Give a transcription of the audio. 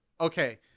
okay